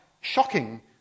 shocking